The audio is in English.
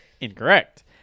Incorrect